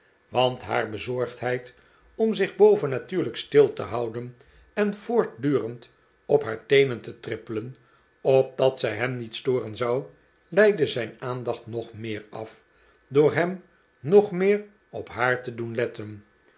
want haar bezorgdheid om zich bovennatuurlijk stil te houden en voortdurend op haar teenen te trippelen opdat zij hem niet storen zou leidde zijn aandacht nog meer af door hem nog meer op haar te doen letten